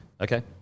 Okay